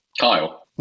kyle